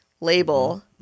label